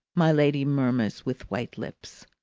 my lady murmurs with white lips,